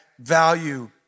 Value